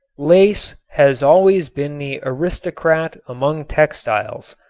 lace has always been the aristocrat among textiles.